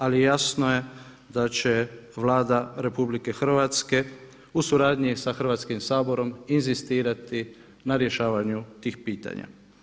Ali jasno je da će Vlada RH u suradnji sa Hrvatskim saborom inzistirati na rješavanju tih pitanja.